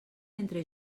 mentre